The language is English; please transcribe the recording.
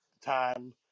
time